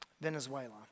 Venezuela